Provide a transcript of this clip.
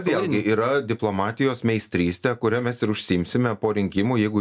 vėlgi yra diplomatijos meistrystė kuria mes ir užsiimsime po rinkimų jeigu